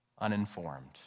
uninformed